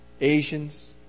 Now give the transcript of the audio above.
Asians